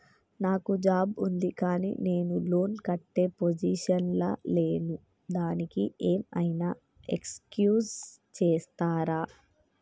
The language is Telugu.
నాకు జాబ్ ఉంది కానీ నేను లోన్ కట్టే పొజిషన్ లా లేను దానికి ఏం ఐనా ఎక్స్క్యూజ్ చేస్తరా?